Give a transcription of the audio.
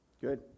Good